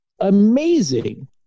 amazing